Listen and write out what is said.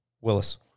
Willis